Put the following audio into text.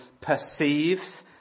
perceives